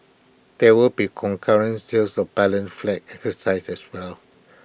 there will be concurrent sales of balun flats exercise as well